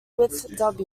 width